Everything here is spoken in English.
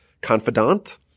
confidant